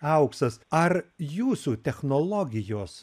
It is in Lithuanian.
auksas ar jūsų technologijos